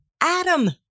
Adam